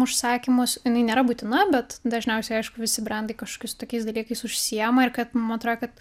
užsakymus jinai nėra būtina bet dažniausiai aišku visi brendai kažkokius tokiais dalykais užsiėma ir kad man atro kad